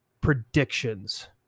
Predictions